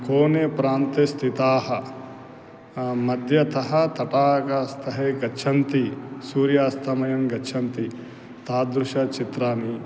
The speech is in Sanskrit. कोने प्रान्ते स्थिताः मध्यतः तडागास्तटे गच्छन्ति सूर्यास्तमयं गच्छन्ति तादृश चित्राणि